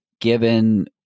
given